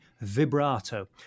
vibrato